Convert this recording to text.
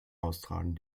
austragen